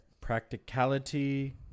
practicality